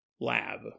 lab